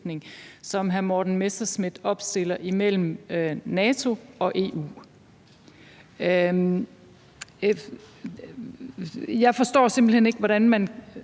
som hr. Morten Messerschmidt opstiller mellem NATO og EU. Jeg forstår simpelt hen ikke, hvordan man